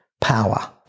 power